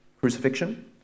crucifixion